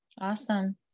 Awesome